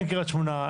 אין קרית שמונה,